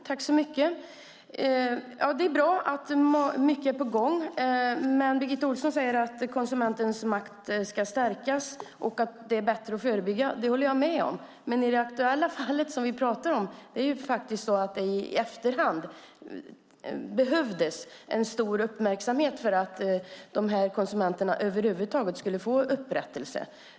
Fru talman! Det är bra att mycket är på gång. Birgitta Ohlsson säger att konsumentens makt ska stärkas och att det är bättre att förebygga. Det håller jag med om, men i det aktuella fall som vi pratar om kan man i efterhand säga att det behövdes stor uppmärksamhet för att dessa konsumenter över huvud taget skulle få upprättelse.